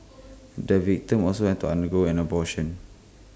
the victim also had to undergo an abortion